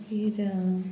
मागीर